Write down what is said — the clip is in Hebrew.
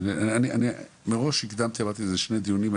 אני מראש הקדמתי ואמרתי זה שני דיונים,